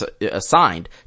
assigned